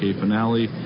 finale